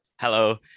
Hello